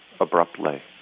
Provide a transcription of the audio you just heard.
abruptly